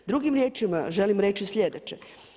Drugim riječima, želim reći sljedeće.